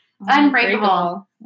Unbreakable